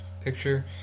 picture